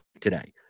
today